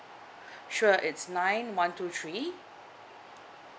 sure it's nine one two three